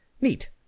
Neat